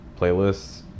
playlists